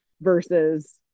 versus